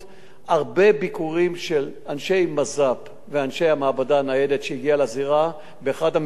ביקורים של אנשי מז"פ ואנשי המעבדה הניידת שהגיעה לזירה באחד המקרים הקשים,